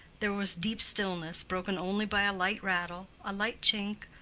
there was deep stillness, broken only by a light rattle, a light chink,